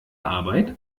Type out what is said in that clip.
arbeit